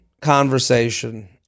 conversation